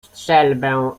strzelbę